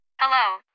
Hello